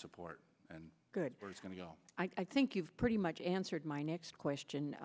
support and good we're going to go i think you've pretty much answered my next question